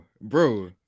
bro